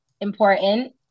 important